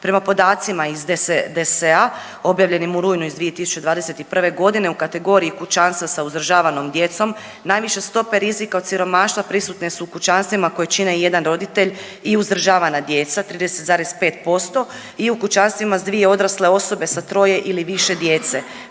ne razumije./... objavljenim u rujnu 2021. g. u kategoriji kućanstva sa uzdržavanom djecom, najviše stope rizika od siromaštva prisutne su i u kućanstvima koji čine jedan roditelj i uzdržavana djeca, 30,5% i u kućanstvima s dvije odrasle osobe sa troje ili više djece,